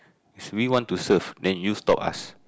is we want to serve then you stop us